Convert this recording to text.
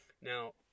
now